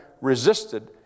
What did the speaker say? resisted